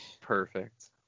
Perfect